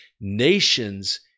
Nations